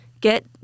get